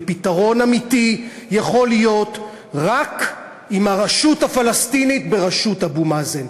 ופתרון אמיתי יכול להיות רק עם הרשות הפלסטינית בראשות אבו מאזן,